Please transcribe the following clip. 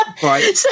Right